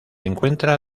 encuentra